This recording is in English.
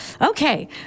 Okay